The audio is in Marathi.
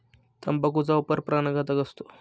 तंबाखूचा वापर प्राणघातक असतो